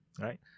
Right